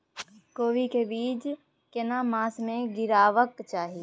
कोबी के बीज केना मास में गीरावक चाही?